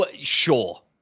Sure